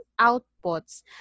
outputs